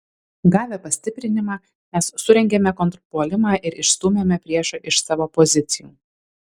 gavę pastiprinimą mes surengėme kontrpuolimą ir išstūmėme priešą iš savo pozicijų